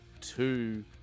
two